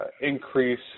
increase